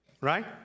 right